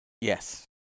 Yes